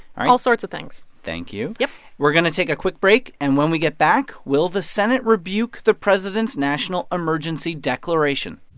ah and all sorts of things thank you yep we're going to take a quick break. and when we get back, will the senate rebuke the president's national emergency declaration?